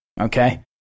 okay